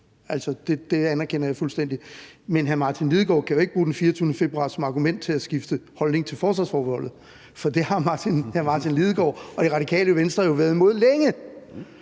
det anerkender jeg fuldstændig. Men hr. Martin Lidegaard kan jo ikke bruge den 24. februar som argument for at skifte holdning til forsvarsforbeholdet, for det har hr. Martin Lidegaard og Radikale Venstre jo været imod længe.